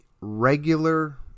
regular